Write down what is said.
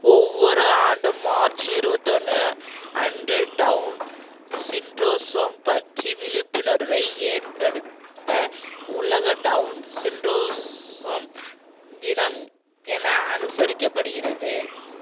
ஒவ்வொரு ஆண்டும் மார்ச் இருபத்தொன்னு அன்று டவுன் சிண்ட்ரோசோம் பற்றி விழிப்புணர்வை ஏற்படுத்த உலக டவுன் சிண்ட்ரோசோம் தினம் என அனுசரிக்கப் படுகிறது